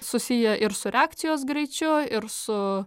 susiję ir su reakcijos greičiu ir su